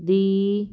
ਦੀ